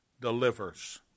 delivers